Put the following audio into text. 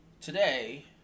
today